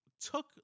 took